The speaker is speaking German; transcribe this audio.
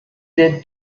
der